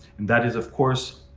and that is, of course,